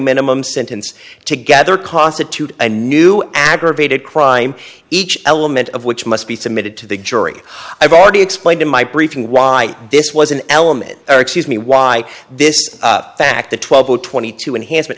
minimum sentence together constitute a new aggravated crime each element of which must be submitted to the jury i've already explained in my briefing why this was an element or excuse me why this fact that twelve twenty two enhancement